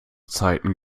zeiten